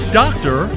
doctor